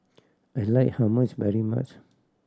I like Hummus very much